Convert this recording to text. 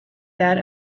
that